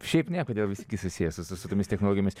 šiaip ne kodėl visi gi susiję su su tomis technologijomis